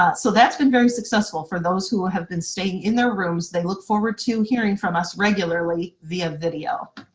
ah so that's been very successful for those who have been staying in their rooms they look forward to hearing from us regularly via video.